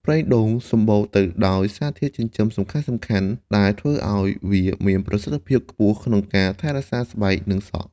ប្រេងដូងសម្បូរទៅដោយសារធាតុចិញ្ចឹមសំខាន់ៗ ដែលធ្វើឲ្យវាមានប្រសិទ្ធភាពខ្ពស់ក្នុងការថែរក្សាស្បែក និងសក់។